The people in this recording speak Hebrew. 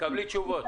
תקבלי תשובות.